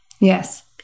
Yes